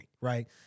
right